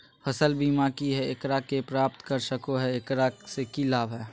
फसल बीमा की है, एकरा के प्राप्त कर सको है, एकरा से की लाभ है?